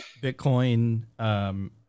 Bitcoin